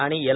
आणि एल